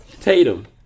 Tatum